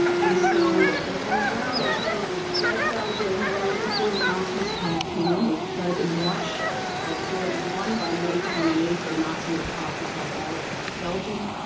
and so the menzels fled belgium right before the nazis came in, they fled in march of forty one, by may twenty eighth the nazis occupied all of belgium.